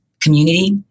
community